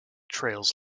trails